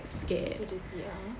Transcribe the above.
fidgety a'ah